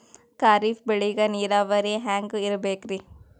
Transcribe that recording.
ಖರೀಫ್ ಬೇಳಿಗ ನೀರಾವರಿ ಹ್ಯಾಂಗ್ ಇರ್ಬೇಕರಿ?